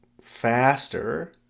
faster